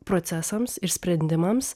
procesams ir sprendimams